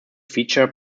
feature